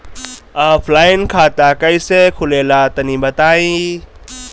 Offline खाता कइसे खुलेला तनि बताईं?